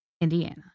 Indiana